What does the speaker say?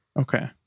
Okay